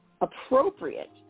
appropriate